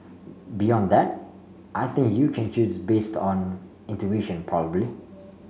beyond that I think you can choose based on intuition probably